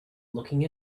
looking